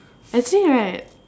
actually right